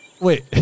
Wait